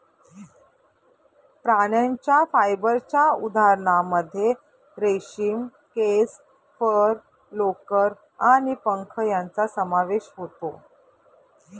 प्राण्यांच्या फायबरच्या उदाहरणांमध्ये रेशीम, केस, फर, लोकर आणि पंख यांचा समावेश होतो